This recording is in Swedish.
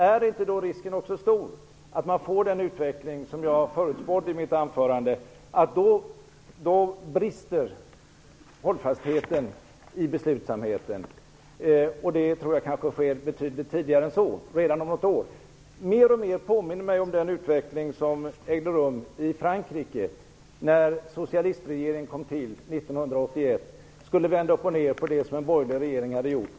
Är då inte risken också stor att man får den utveckling som jag förutspådde i mitt anförande, nämligen att hållfastheten i beslutsamheten då brister? Det kan ske betydligt tidigare än så, kanske redan om något år. Detta påminner mer och mer om den utveckling som ägde rum i Frankrike när socialistregeringen kom till 1981 och skulle vända upp och ned på det som den borgerliga regeringen hade gjort.